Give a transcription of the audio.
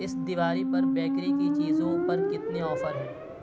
اس دوالی پر بیکری کی چیزوں پر کتنے آفر ہیں